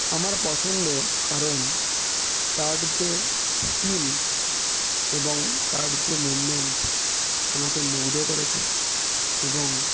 আমার পছন্দ কারণ তার যে স্কিল এবং তার যে মুভমেন্ট আমাকে মুগ্ধ করেছে এবং